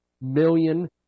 million